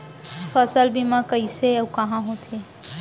फसल बीमा कइसे अऊ कहाँ होथे?